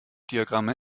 diagramme